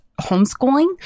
homeschooling